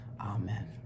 amen